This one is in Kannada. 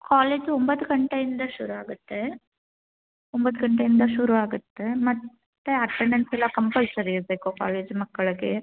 ಕಾಲೇಜು ಒಂಬತ್ತು ಗಂಟೆಯಿಂದ ಶುರು ಆಗುತ್ತೆ ಒಂಬತ್ತು ಗಂಟೆಯಿಂದ ಶುರು ಆಗುತ್ತೆ ಮತ್ತೆ ಅಟೆಂಡೆನ್ಸ್ ಎಲ್ಲ ಕಂಪಲ್ಸರಿ ಇರಬೇಕು ಕಾಲೇಜ್ ಮಕ್ಕಳಿಗೆ